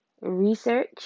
research